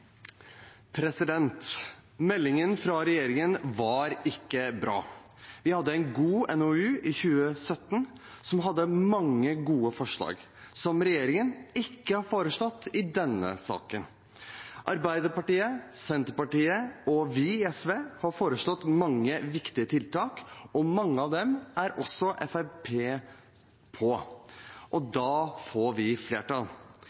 Meldingen fra regjeringen var ikke bra. Vi hadde en god NOU i 2017, som hadde mange gode forslag som regjeringen ikke har foreslått i denne saken. Arbeiderpartiet, Senterpartiet og vi i SV har foreslått mange viktige tiltak. Mange av dem er også Fremskrittspartiet med på, og da får vi flertall.